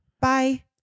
Bye